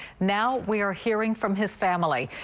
now we're hearing from his family.